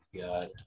God